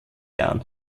jahren